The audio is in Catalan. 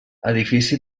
edifici